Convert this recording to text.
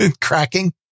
Cracking